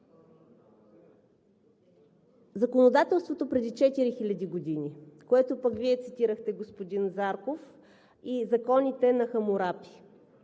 законодателството преди 4000 години, което пък Вие цитирахте, господин Зарков, и законите на Хамурапи.